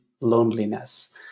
loneliness